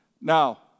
Now